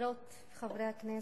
חברות וחברי הכנסת,